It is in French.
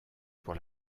pour